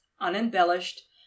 unembellished